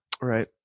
Right